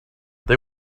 they